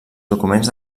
documents